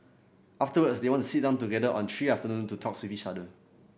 afterwards they want to sit down together on three afternoon to talk with each other